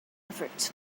efforts